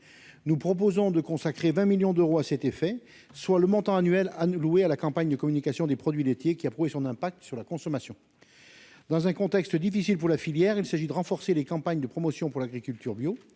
nous proposons de consacrer 20 millions d'euros à cet effet, soit le montant annuel à louer à la campagne de communication des produits laitiers qui a prouvé son impact sur la consommation dans un contexte difficile pour la filière, il s'agit de renforcer les campagnes de promotion pour l'agriculture bio